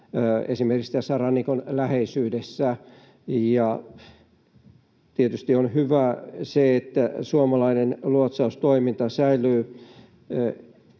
esimerkiksi tässä rannikon läheisyydessä? Tietysti on hyvää se, että suomalainen luotsaustoiminta säilyy